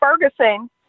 Ferguson